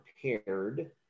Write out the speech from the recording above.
prepared